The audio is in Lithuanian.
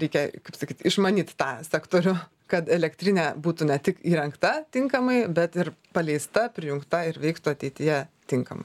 reikia kaip sakyt išmanyt tą sektorių kad elektrinė būtų ne tik įrengta tinkamai bet ir paleista prijungta ir veiktų ateityje tinkamai